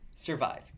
survive